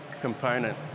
component